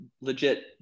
legit